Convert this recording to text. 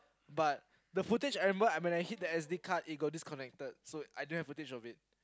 but the footage I remember when I hit the S_D card it got disconnected so I don't have footage of it